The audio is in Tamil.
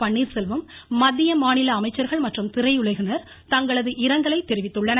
பன்னீர்செல்வம் மத்திய மாநில அமைச்சர்கள் மற்றும் திரையுலகினர் தங்களது இரங்கலை தெரிவித்துள்ளனர்